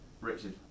Richard